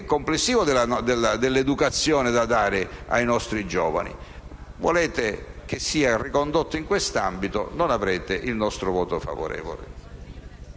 complessivo dell'educazione da dare ai nostri giovani. Volete che tutto sia ricondotto in quest'ambito: non avrete il nostro voto favorevole.